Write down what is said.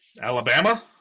Alabama